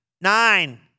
Nine